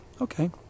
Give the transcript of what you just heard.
Okay